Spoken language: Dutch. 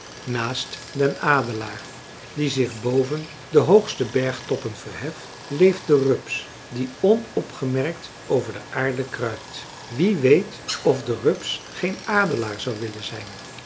naast den adelaar die zich boven de hoogste bergtoppen verheft leeft de rups die onopgemerkt over de aarde kruipt wie weet of de rups geen adelaar zou willen zijn